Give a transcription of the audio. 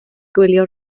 gwylio